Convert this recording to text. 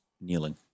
kneeling